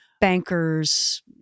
bankers